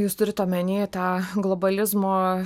jūs turit omeny tą globalizmo